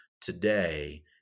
today